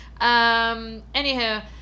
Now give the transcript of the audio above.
Anywho